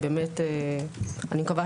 אני מקווה